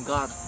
God